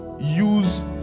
use